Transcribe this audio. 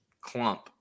clump